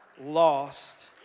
lost